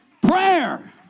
prayer